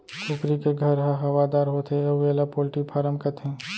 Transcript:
कुकरी के घर ह हवादार होथे अउ एला पोल्टी फारम कथें